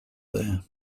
there